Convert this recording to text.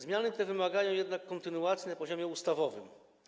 Zmiany te wymagają jednak kontynuacji na poziomie ustawowym.